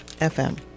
FM